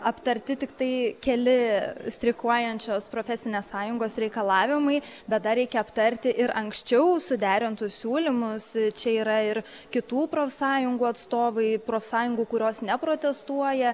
aptarti tiktai keli streikuojančios profesinės sąjungos reikalavimai bet dar reikia aptarti ir anksčiau suderintus siūlymus čia yra ir kitų profsąjungų atstovai profsąjungų kurios neprotestuoja